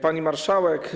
Pani Marszałek!